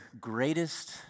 greatest